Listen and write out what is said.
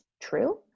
true